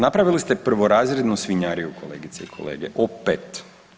Napravili ste prvorazrednu svinjariju kolegice i kolege, opet.